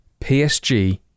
PSG